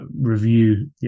review